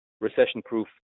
recession-proof